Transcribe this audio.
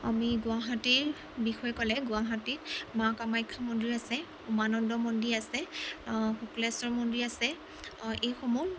আমি গুৱাহাটীৰ বিষয়ে ক'লে গুৱাহাটী মা কামাখ্যা মন্দিৰ আছে উমানন্দ মন্দিৰ আছে শুক্লেশ্বৰ মন্দিৰ আছে এইসমূহ